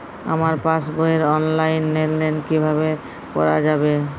আমার পাসবই র অনলাইন লেনদেন কিভাবে করা যাবে?